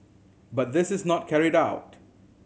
but this is not carried out